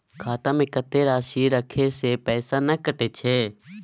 खाता में कत्ते राशि रखे से पैसा ने कटै छै?